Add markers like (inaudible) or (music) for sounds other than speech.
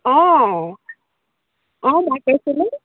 অঁ অঁ (unintelligible)